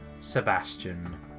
Sebastian